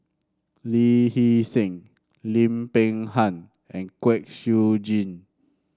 Lee Hee Seng Lim Peng Han and Kwek Siew Jin